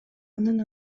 анын